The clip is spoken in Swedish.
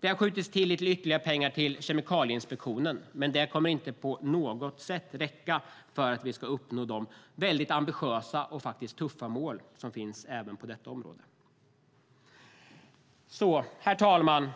Det har skjutits till lite ytterligare pengar till Kemikalieinspektionen, men det kommer inte på något sätt att räcka för att uppnå de väldigt ambitiösa och tuffa mål som finns även på detta område. Herr talman!